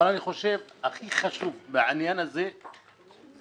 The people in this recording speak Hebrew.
אבל אני חושב שהכי חשוב בעניין הזה זה